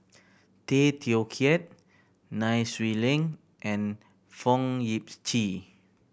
Tay Teow Kiat Nai Swee Leng and Fong Yip Chee